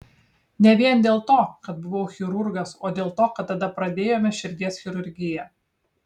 ne vien dėl to kad buvau chirurgas o dėl to kad tada pradėjome širdies chirurgiją